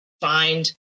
find